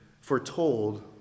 foretold